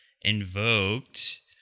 invoked